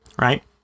right